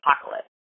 apocalypse